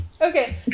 Okay